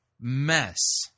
mess